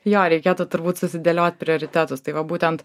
jo reikėtų turbūt susidėliot prioritetus tai va būtent